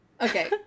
Okay